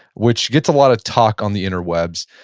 which gets a lot of talk on the inter webs.